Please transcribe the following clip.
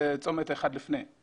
זה צומת אחד לפני.